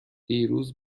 دیروز